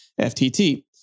FTT